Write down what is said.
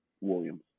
Williams